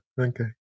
Okay